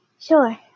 Sure